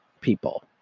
people